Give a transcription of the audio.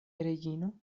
reĝino